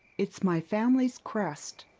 it's my family's crest.